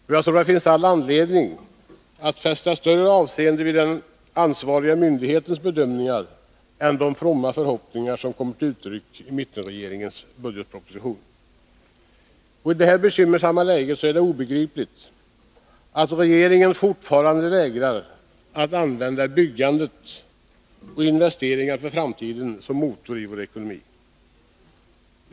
Och det finns all anledning att fästa större avseende vid den ansvariga myndighetens bedömningar än vid de fromma förhoppningar som kommer till uttryck i mittenregeringens budgetproposition. Det är obegripligt att regeringen i detta bekymmersamma läge fortfarande vägrar att använda byggande och investeringar för framtiden som motor i vår ekonomi.